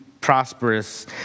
prosperous